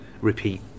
repeat